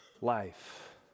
life